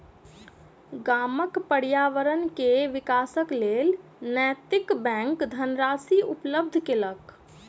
गामक पर्यावरण के विकासक लेल नैतिक बैंक धनराशि उपलब्ध केलक